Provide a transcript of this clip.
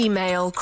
Email